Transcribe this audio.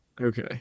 Okay